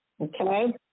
Okay